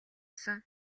сан